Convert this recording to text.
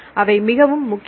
அவை மிகவும் முக்கியம்